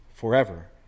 forever